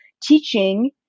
teaching